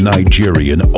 Nigerian